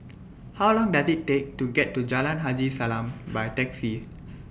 How Long Does IT Take to get to Jalan Haji Salam By Taxi